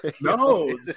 No